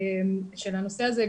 של הנושא הזה,